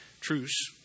truce